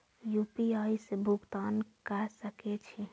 UPI से भुगतान क सके छी?